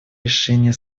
решения